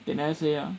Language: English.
they never say ah